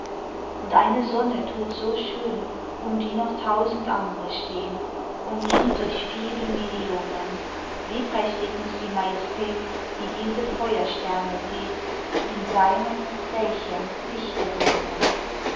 und eine sonne thut so schön um die noch tausend andre stehn umringt durch viele millionen wie prächtig muß die majestät die diese feuersterne dreht in seinem welchem lichte wohnen